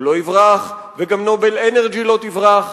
הוא לא יברח וגם "נובל אנרג'י" לא תברח,